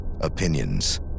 opinions